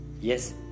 Yes